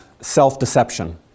self-deception